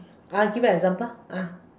I give you example ah